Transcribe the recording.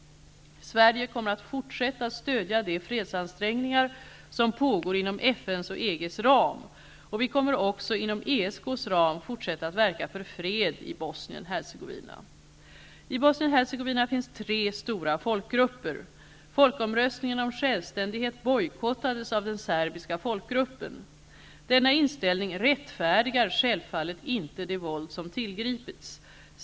Sverige kommer att fortsätta stödja de fredsansträngningar som pågår inom FN:s och EG:s ram. Vi kommer också att inom ESK:s ram fortsätta att verka för fred i Bosnien-Hercegovina. I Bosnien-Hercegovina finns tre stora folkgrupper. Folkomröstningen om självständighet bojkottades av den serbiska folkgruppen. Denna inställning rättfärdigar självfallet inte det våld som tillgripits.